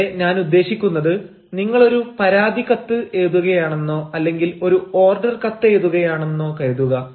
ഇവിടെ ഞാൻ ഉദ്ദേശിക്കുന്നത് നിങ്ങൾ ഒരു പരാതി കത്ത് എഴുതുകയാണെന്നോ അല്ലെങ്കിൽ ഒരു ഓർഡർ കത്തെഴുതുകയാണെന്നോ കരുതുക